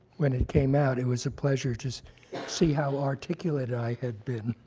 when it came out, it was a pleasure to see how articulate i had been.